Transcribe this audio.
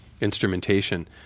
instrumentation